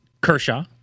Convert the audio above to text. Kershaw